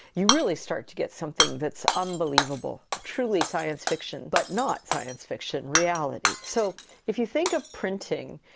you really start to get something that's unbelievable, truly science fiction, but not science fiction, reality. so if you think of printing,